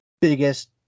biggest